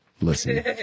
Listen